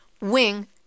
Wing